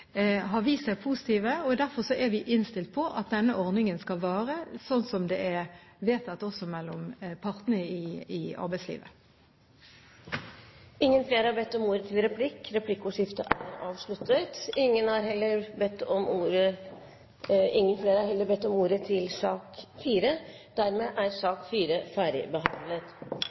har gjennomført rehabilitering, og som har vist seg positive. Derfor er vi innstilt på at denne ordningen skal vare, slik som det er vedtatt også mellom partene i arbeidslivet. Replikkordskiftet er omme. Flere har ikke bedt om ordet til sak nr. 4. I alle vestlige land har bruken av ADHD-medisiner økt, men Norge har hatt den kraftigste veksten. Det er